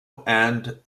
and